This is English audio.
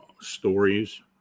stories